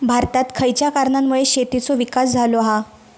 भारतात खयच्या कारणांमुळे शेतीचो विकास झालो हा?